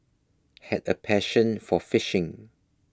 had a passion for fishing